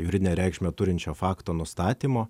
juridinę reikšmę turinčio fakto nustatymo